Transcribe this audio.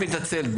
מתנצל,